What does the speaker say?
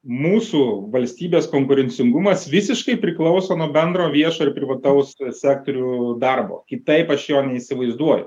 mūsų valstybės konkurencingumas visiškai priklauso nuo bendro viešo ir privataus sektorių darbo kitaip aš jo neįsivaizduoju